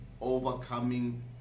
overcoming